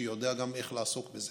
שיודע גם איך לעסוק בזה.